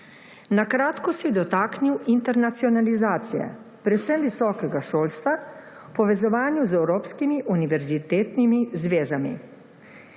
Na kratko se je dotaknil internacionalizacije, predvsem visokega šolstva v povezovanju z evropskimi univerzitetnimi zvezami.